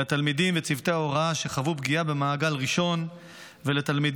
לתלמידים וצוותי ההוראה שחוו פגיעה במעגל ראשון ולתלמידים